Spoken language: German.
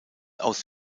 aus